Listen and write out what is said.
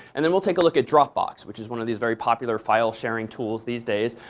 and then we'll take a look at dropbox, which is one of these very popular file sharing tools these days.